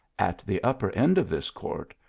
at the upper end of this court,